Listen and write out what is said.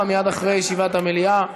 מייד אחרי ישיבת המליאה.